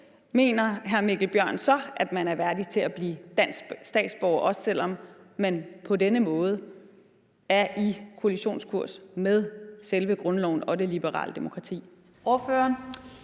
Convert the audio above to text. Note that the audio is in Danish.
mener hr. Mikkel Bjørn så, at de er værdige til at blive danske statsborgere, også selv om man på denne måde er på koalitionskurs med selve grundloven og det liberale demokrati?